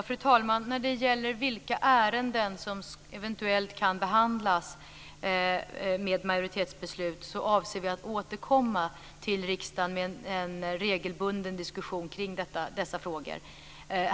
Fru talman! När det gäller vilka ärenden som eventuellt kan behandlas med majoritetsbeslut avser vi att återkomma till riksdagen med en regelbunden diskussion kring dessa frågor.